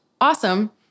awesome